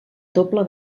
doble